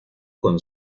con